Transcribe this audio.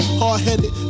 hard-headed